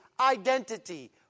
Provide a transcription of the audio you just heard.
Identity